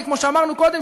כי כמו שאמרנו קודם,